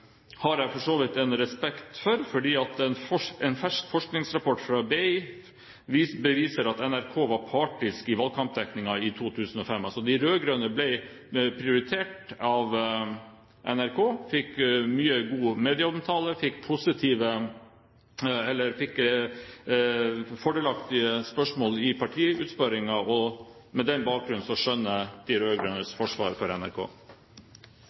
har jeg for så vidt respekt for, for en fersk forskningsrapport fra BI beviser at NRK var partisk i valgkampdekningen i 2005. De rød-grønne ble prioritert av NRK, de fikk mye god medieomtale og fordelaktige spørsmål i partiutspørringen. På den bakgrunn skjønner jeg de rød-grønnes forsvar av NRK.